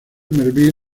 melville